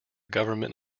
government